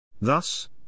Thus